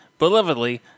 belovedly